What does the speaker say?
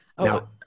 Now